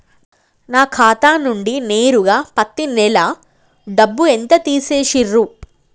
నా ఖాతా నుండి నేరుగా పత్తి నెల డబ్బు ఎంత తీసేశిర్రు?